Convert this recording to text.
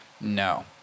No